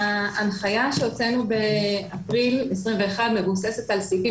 ההנחיה שהוצאנו באפריל 2021 מבוססת על סעיפים